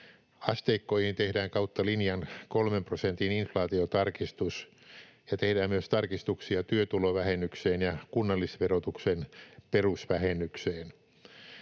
Asteikkoihin tehdään kautta linjan 3 prosentin inflaatiotarkistus ja tehdään myös tarkistuksia työtulovähennykseen ja kunnallisverotuksen perusvähennykseen.